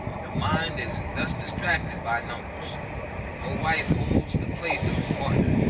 the mind is thus distracted by numbers no wife holds the place of a partner,